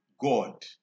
God